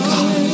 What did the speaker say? God